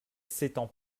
s’étend